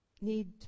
need